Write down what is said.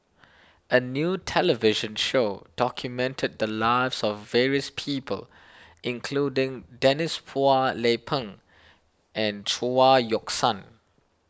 a new television show documented the lives of various people including Denise Phua Lay Peng and Chao Yoke San